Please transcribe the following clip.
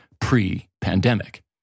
pre-pandemic